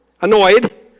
annoyed